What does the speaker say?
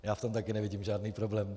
Já v tom také nevidím žádný problém.